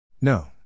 No